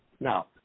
Now